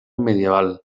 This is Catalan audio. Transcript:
medieval